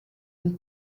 une